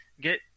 get